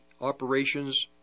operations